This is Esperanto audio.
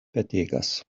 petegas